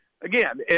again